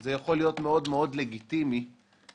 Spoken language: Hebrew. זה יכול להיות מאוד מאוד לגיטימי אם